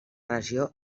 regió